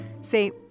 say